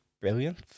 brilliant